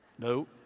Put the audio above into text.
No